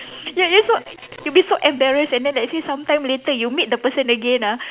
ya it's so you'd be so embarrassed and then let's say some time later you meet the person again ah